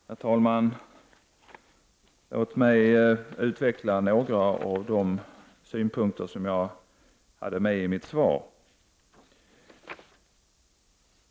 Herr talman! Låt mig utveckla några av synpunkterna i mitt svar.